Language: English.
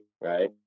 right